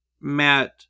Matt